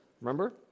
Remember